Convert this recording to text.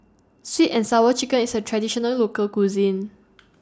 Sweet and Sour Chicken IS A Traditional Local Cuisine